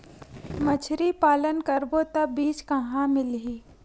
मछरी पालन करबो त बीज कहां मिलही?